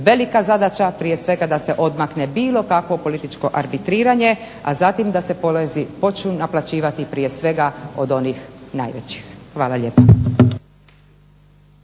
velika zadaća, prije svega da se odmakne bilo kakvo političko arbitriranje, a zatim da se počne naplaćivati prije svega od onih najvećih. Hvala lijepa.